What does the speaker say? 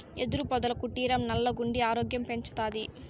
యెదురు పొదల కుటీరం సల్లగుండి ఆరోగ్యం పెంచతాది